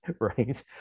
right